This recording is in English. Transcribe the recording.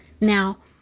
Now